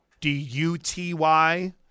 D-U-T-Y